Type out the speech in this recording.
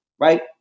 right